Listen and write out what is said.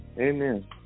Amen